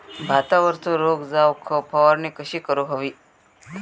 भातावरचो रोग जाऊक फवारणी कशी करूक हवी?